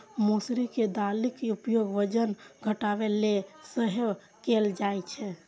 मौसरी के दालिक उपयोग वजन घटाबै लेल सेहो कैल जाइ छै